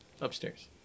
upstairs